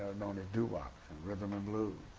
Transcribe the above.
known as doo-wops and rhythm and blues.